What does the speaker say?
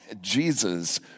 Jesus